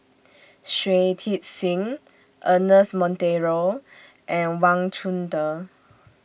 Shui Tit Sing Ernest Monteiro and Wang Chunde